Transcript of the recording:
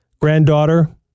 granddaughter